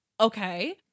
Okay